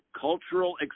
cultural